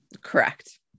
Correct